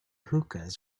hookahs